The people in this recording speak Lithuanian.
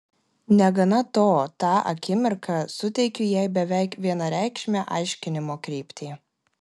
negana to tą akimirką suteikiu jai beveik vienareikšmę aiškinimo kryptį